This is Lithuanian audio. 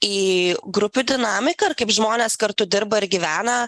į grupių dinamiką kaip žmonės ir kartu dirba ir gyvena